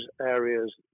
areas